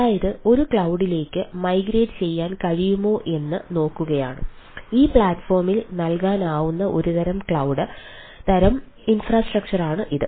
അതായത് ഒരു ക്ലൌഡിലേക്ക് തരം ഇൻഫ്രാസ്ട്രക്ചറാണ് ഇത്